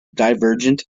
divergent